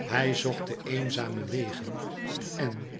hij zocht de eenzame wegen en